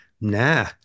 Nah